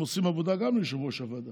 הם עושים עבודה גם ליושב-ראש הוועדה,